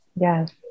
Yes